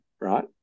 right